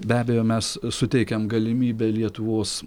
be abejo mes suteikiam galimybę lietuvos